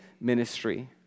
ministry